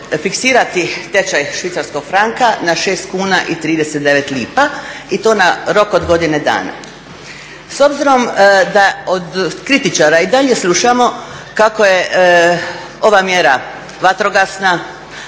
tečaj švicarskog franka na 6,39 kuna i to na rok od godine dana. S obzirom da od kritičara i dalje slušamo kako je ova mjera vatrogasna,